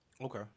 Okay